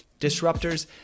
disruptors